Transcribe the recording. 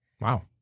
Wow